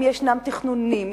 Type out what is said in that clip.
אם ישנם תכנונים,